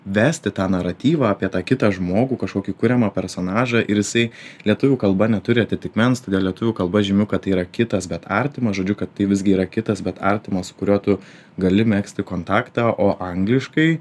vesti tą naratyvą apie tą kitą žmogų kažkokį kuriamą personažą ir jisai lietuvių kalba neturi atitikmens lietuvių kalba žymiu kad tau yra kitas bet artimas žodžiu kad tai visgi yra kitas bet artimas su kuriuo tu gali megzti kontaktą o angliškai